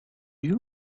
you